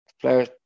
players